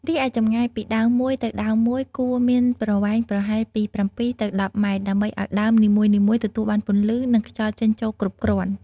រីឯចម្ងាយពីដើមមួយទៅដើមមួយគួរមានប្រវែងប្រហែលពី ៧ ទៅ ១០ ម៉ែត្រ ដើម្បីឱ្យដើមនីមួយៗទទួលបានពន្លឺ និងខ្យល់ចេញចូលគ្រប់គ្រាន់។